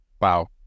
Wow